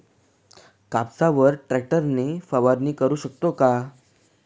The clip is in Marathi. कापसावर ट्रॅक्टर ने फवारणी करु शकतो का?